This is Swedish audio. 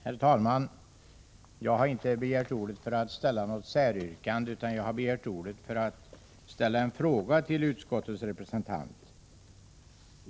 Herr talman! Jag har inte begärt ordet för att ställa något säryrkande utan för att rikta en fråga till utskottets representant.